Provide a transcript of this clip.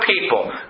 people